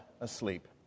asleep